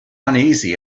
uneasy